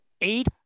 Eight